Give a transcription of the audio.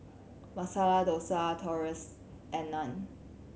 Masala Dosa Tortillas and Naan